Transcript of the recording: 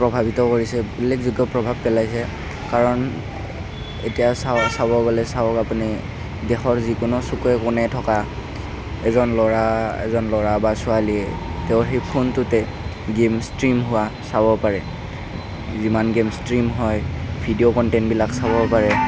প্ৰভাৱিত কৰিছে উল্লেখযোগ্য প্ৰভাৱ পেলাইছে কাৰণ এতিয়া চাব গ'লে চাওক আপুনি দেশৰ যিকোনো চুকে কোণে থকা এজন ল'ৰা এজন ল'ৰা বা ছোৱালীয়ে তেওঁৰ সেই ফোনটোতে গেম ষ্ট্ৰীম হোৱা চাব পাৰে যিমান গেম ষ্ট্ৰীম হয় ভিডিঅ' কনটেন্টবিলাক চাব পাৰে